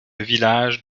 villages